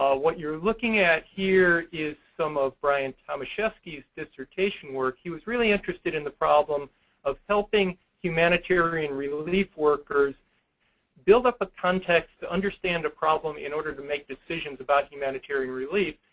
ah what you're looking at here is some of brian tomaszewski's dissertation work. he was really interested in the problem of helping humanitarian relief workers build up a context to understand a problem in order to make decisions about humanitarian relief.